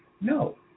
no